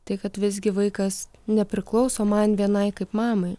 tai kad visgi vaikas nepriklauso man vienai kaip mamai